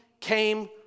came